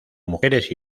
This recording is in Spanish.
mujeres